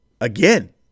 Again